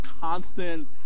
constant